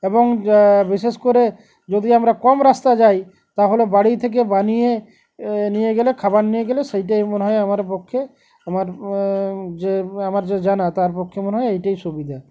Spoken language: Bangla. এবং বিশেষ করে যদি আমরা কম রাস্তা যাই তাহলে বাড়ি থেকে বানিয়ে নিয়ে গেলে খাবার নিয়ে গেলে সেইটাই মনে হয় আমাদের পক্ষে আমার যে আমার যে জানা তার পক্ষে মনে হয় এইটাই সুবিধা